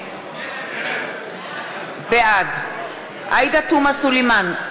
בעד עאידה תומא סלימאן,